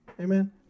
Amen